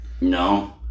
No